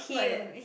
not yet